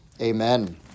amen